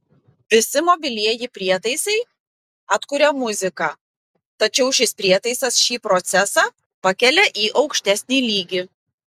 visi mobilieji prietaisai atkuria muziką tačiau šis prietaisas šį procesą pakelia į aukštesnį lygį